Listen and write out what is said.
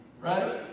Right